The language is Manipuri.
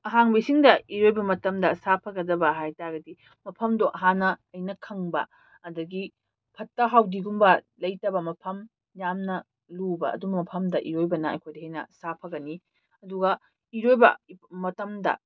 ꯑꯍꯥꯡꯕ ꯏꯁꯤꯡꯗ ꯏꯔꯣꯏꯕ ꯃꯇꯝꯗ ꯁꯥꯐꯒꯗꯕ ꯍꯥꯏ ꯇꯥꯔꯗꯤ ꯃꯐꯝꯗꯣ ꯍꯥꯟꯅ ꯑꯩꯅ ꯈꯪꯕ ꯑꯗꯒꯤ ꯐꯠꯇ ꯍꯥꯎꯊꯤꯒꯨꯝꯕ ꯂꯩꯇꯕ ꯃꯐꯝ ꯌꯥꯝꯅ ꯂꯨꯕ ꯑꯗꯨꯝꯕ ꯃꯐꯝꯗ ꯏꯔꯣꯏꯕꯅ ꯑꯩꯈꯣꯏꯗ ꯍꯦꯟꯅ ꯁꯥꯐꯒꯅꯤ ꯑꯗꯨꯒ ꯏꯔꯣꯏꯕ ꯃꯇꯝꯗ